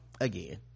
again